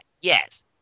Yes